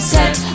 Set